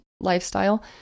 lifestyle